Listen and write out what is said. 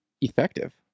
effective